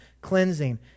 cleansing